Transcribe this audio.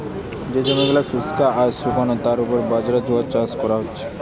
যে জমি গুলা শুস্ক আর শুকনো তার উপর বাজরা, জোয়ার চাষ কোরা হচ্ছে